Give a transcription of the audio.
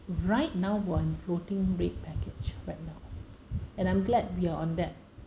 right now one floating rate package right now and I'm glad we are on that